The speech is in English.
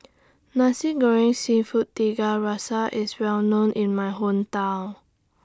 Nasi Goreng Seafood Tiga Rasa IS Well known in My Hometown